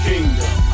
Kingdom